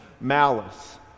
malice